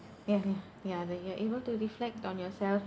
ya ya ya then you are able to reflect on yourself